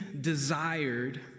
desired